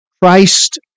Christ